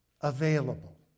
available